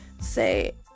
say